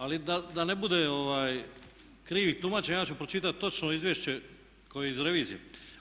Ali da ne bude krivih tumačenja, ja ću pročitati točno izvješće koje je iz revizije.